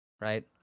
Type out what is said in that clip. right